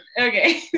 Okay